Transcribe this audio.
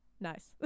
Nice